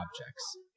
objects